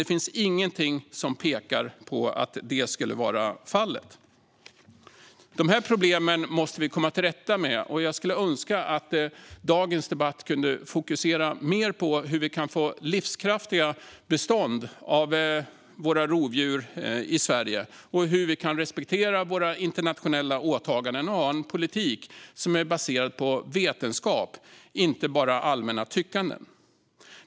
Det finns ingenting som pekar på att det skulle vara fallet. De här problemen måste vi komma till rätta med. Jag skulle önska att dagens debatt kunde fokusera mer på hur vi kan få livskraftiga bestånd av våra rovdjur i Sverige och hur vi kan respektera våra internationella åtaganden och ha en politik som är baserad på vetenskap, inte bara allmänt tyckande.